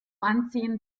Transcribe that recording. anziehen